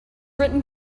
written